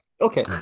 Okay